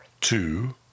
Two